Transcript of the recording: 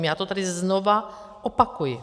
Já to tady znova opakuji.